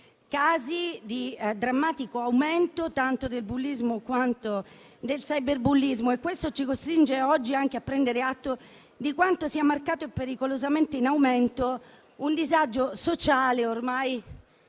casi di drammatico aumento tanto del bullismo quanto del cyberbullismo. Ciò ci costringe oggi a prendere atto di quanto sia marcato e pericolosamente in aumento un disagio sociale ormai